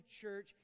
church